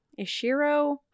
Ishiro